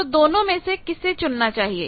तो दोनों में से किसे चुनना चाहिए